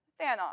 Thanos